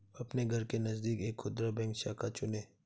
अपने घर के नजदीक एक खुदरा बैंक शाखा चुनें